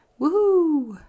Woohoo